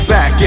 Back